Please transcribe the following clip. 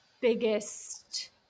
biggest